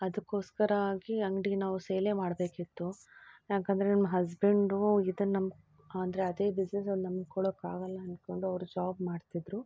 ಅದಕ್ಕೋಸ್ಕರಾಗಿ ಅಂಗ್ಡಿಗೆ ನಾವು ಸೇಲೇ ಮಾಡಬೇಕಿತ್ತು ಯಾಕೆಂದರೆ ನಿಮ್ಮ ಹಸ್ಬೆಂಡು ಇದನ್ನ ನಮ್ಮ ಅಂದರೆ ಅದೇ ಬಿಸ್ನೆಸ್ ಅವ್ನ ನಂಬ್ಕೊಳ್ಳೋಕಾಗೋಲ್ಲ ಅಂದ್ಕೊಂಡು ಅವರು ಜಾಬ್ ಮಾಡ್ತಿದ್ದರು